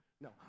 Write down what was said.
No